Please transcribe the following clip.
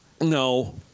No